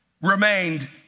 remained